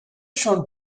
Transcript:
shown